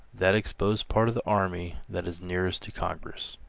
that exposed part of the army that is nearest to congress.